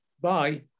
Bye